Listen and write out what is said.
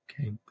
Okay